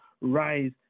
rise